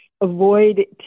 avoid